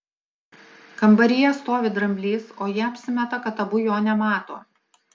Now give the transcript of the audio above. kambaryje stovi dramblys o jie apsimeta kad abu jo nemato